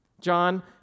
John